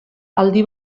aldi